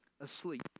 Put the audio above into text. asleep